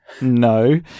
no